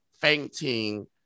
fainting